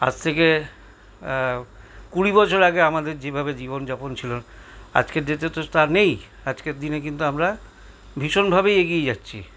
আজ থেকে কুড়ি বছর আগে আমাদের যেভাবে জীবনযাপন ছিল আজকের ডেটে তো তা নেই আজকের দিনে কিন্তু আমরা ভীষণভাবে এগিয়ে যাচ্ছি